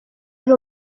ari